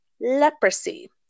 leprosy